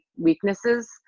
weaknesses